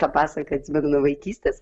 tą pasaką ašsimenu nuo vaikystės